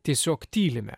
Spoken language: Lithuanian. tiesiog tylime